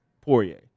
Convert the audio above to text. Poirier